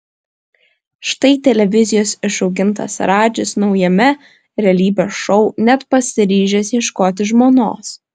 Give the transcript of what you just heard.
štai televizijos išaugintas radžis naujame realybės šou net pasiryžęs ieškoti žmonos